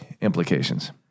implications